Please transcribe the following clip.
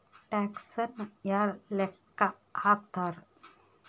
ಟ್ಯಾಕ್ಸನ್ನ ಯಾರ್ ಲೆಕ್ಕಾ ಹಾಕ್ತಾರ?